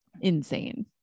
insane